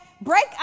break